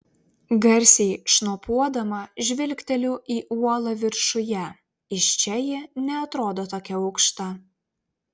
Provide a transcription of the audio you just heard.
garsiai šnopuodama žvilgteliu į uolą viršuje iš čia ji neatrodo tokia aukšta